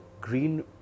green